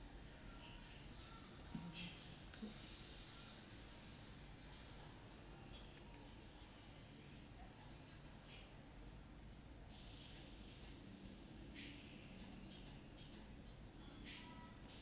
mmhmm